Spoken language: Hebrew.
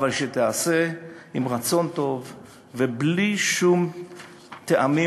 אבל תיעשה עם רצון טוב ובלי שום טעמים